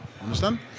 understand